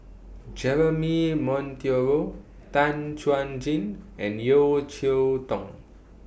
Jeremy Monteiro Tan Chuan Jin and Yeo Cheow Tong